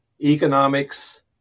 economics